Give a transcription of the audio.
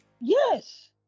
Yes